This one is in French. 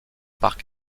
parc